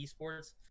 esports